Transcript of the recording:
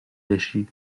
بشی